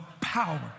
power